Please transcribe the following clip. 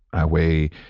i weigh,